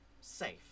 safe